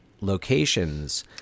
locations